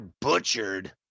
butchered